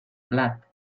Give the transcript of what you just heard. blat